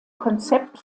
konzept